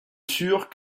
sûrs